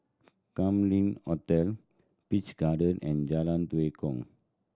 Kam Leng Hotel Peach Garden and Jalan Tue Kong